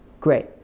Great